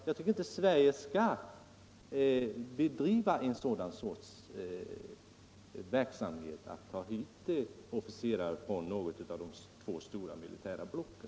Jag anser inte att Sverige skall bedriva en sådan verksamhet — att ta hit officerare från något av de två stora militära blocken.